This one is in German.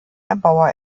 erbauer